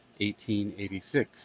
1886